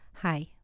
Hi